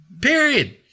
Period